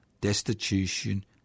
destitution